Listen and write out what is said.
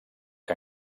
que